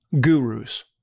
Gurus